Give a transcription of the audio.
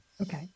Okay